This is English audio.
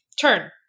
Turn